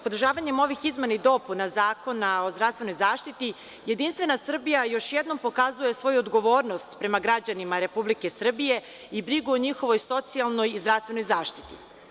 Podržavanje ovih izmena i dopuna Zakona o zdravstvenoj zaštiti JS još jednom pokazuju svoju odgovornost prema građanima Republike Srbije i brigu o njihovoj socijalnoj i zdravstvenoj zaštiti.